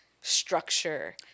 structure